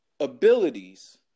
abilities